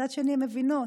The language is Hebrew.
ומצד שני הן מבינות